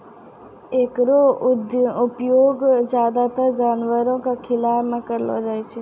एकरो उपयोग ज्यादातर जानवरो क खिलाय म करलो जाय छै